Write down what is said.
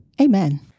Amen